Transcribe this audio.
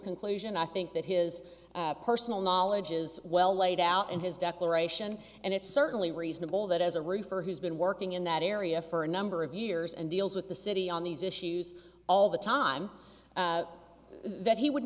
conclusion i think that his personal knowledge is well laid out in his declaration and it's certainly reasonable that as a roofer who's been working in that area for a number of years and deals with the city on these issues all the time that he would